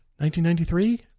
1993